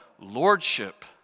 lordship